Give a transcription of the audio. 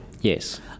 yes